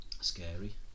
Scary